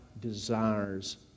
desires